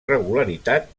regularitat